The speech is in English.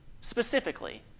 Specifically